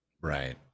Right